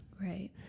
Right